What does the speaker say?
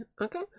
Okay